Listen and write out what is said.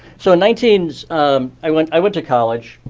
so at nineteen, i went i went to college.